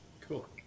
Cool